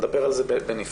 נדבר על זה בנפרד.